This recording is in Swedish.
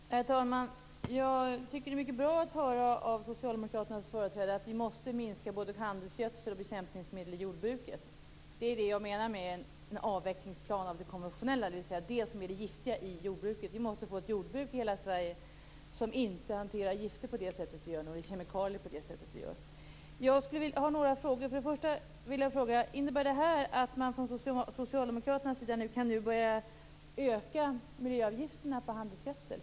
Herr talman! Jag tycker att det är mycket bra att vi får höra av Socialdemokraternas företrädare att vi måste minska användningen både av handelsgödsel och bekämpningsmedel i jordbruket. Det är det jag menar med en avvecklingsplan av det konventionella lantbruket, dvs. det som är giftigt i jordbruket. Vi måste få ett jordbruk i hela Sverige som inte hanterar kemikalier på det sätt som nu sker. Jag har några frågor. För det första vill jag fråga om detta innebär att man från Socialdemokraternas sida nu kan börja öka miljöavgifterna på handelsgödsel.